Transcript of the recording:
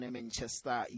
Manchester